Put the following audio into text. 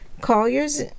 Collier's